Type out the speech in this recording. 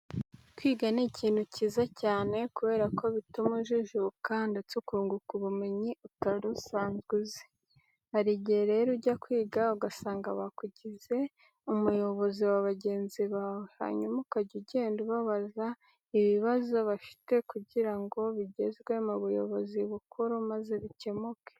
Kwiga ni ikintu cyiza cyane kubera ko bituma ujijuka ndetse ukunguka ubumenyi utari usanzwe uzi. Hari igihe rero ujya kwiga ugasanga bakugize umuyobozi w'abagenzi bawe, hanyuma ukajya ugenda ubabaza ibibazo bafite kugira ngo bigezwe mu buyobozi bukuru maze bikemuke.